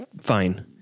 fine